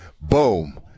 boom